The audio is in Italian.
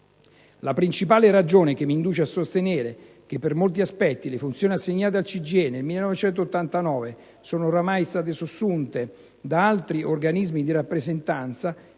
La principale ragione che mi induce a sostenere che, per molti aspetti, le funzioni assegnate al CGIE nel 1989 sono ormai state sussunte da altri organismi di rappresentanza